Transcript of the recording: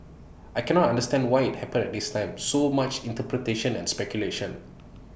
I cannot understand why IT happened at this time so much interpretation and speculation